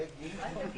15:05.